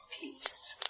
peace